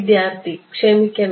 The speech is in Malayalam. വിദ്യാർത്ഥി ക്ഷമിക്കണം